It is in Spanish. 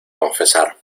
confesar